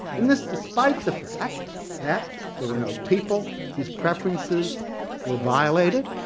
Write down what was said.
and this despite the fact that there were no people whose preferences were violated,